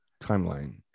timeline